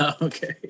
okay